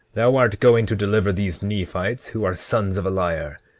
thou art going to deliver these nephites, who are sons of a liar.